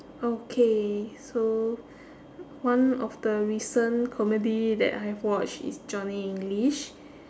okay so one of the recent comedy that I have watch is johnny english